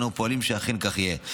ואנו פועלים שאכן כך יהיה.